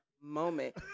moment